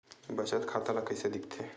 बचत खाता ला कइसे दिखथे?